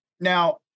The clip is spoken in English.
now